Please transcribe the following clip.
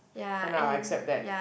can lah I accept that